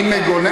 אני מגונן,